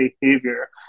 behavior